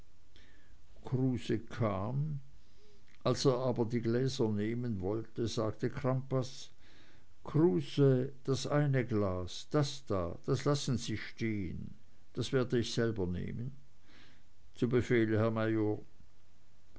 kruse kam als er aber die gläser nehmen wollte sagte crampas kruse das eine glas das da das lassen sie stehen das werde ich selber nehmen zu befehl herr major